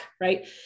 right